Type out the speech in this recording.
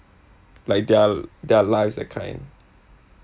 like their their lives that kind